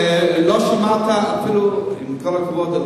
עם כל הכבוד,